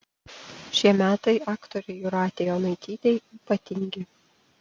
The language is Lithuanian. šie metai aktorei jūratei onaitytei ypatingi